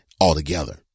altogether